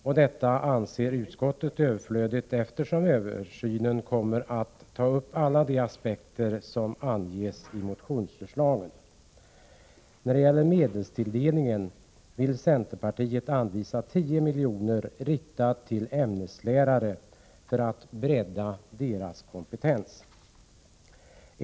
Detta anser utskottet överflödigt, eftersom översynen kommer att ta upp alla de aspekter som anges i motionsförslagen. När det gäller medelstilldelningen vill centerpartiet anvisa 10 miljoner, riktat till ämneslärare för att bredda deras kompetens.